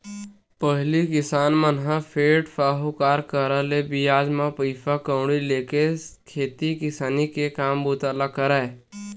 पहिली किसान मन ह सेठ, साहूकार करा ले बियाज म पइसा कउड़ी लेके खेती किसानी के काम बूता ल करय